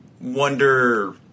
wonder